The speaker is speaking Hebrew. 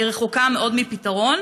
היא רחוקה מאוד מפתרון.